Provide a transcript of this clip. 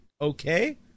okay